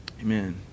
Amen